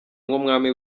nk’umwami